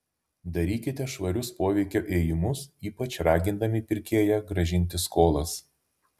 darykite švarius poveikio ėjimus ypač ragindami pirkėją grąžinti skolas